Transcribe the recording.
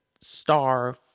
Star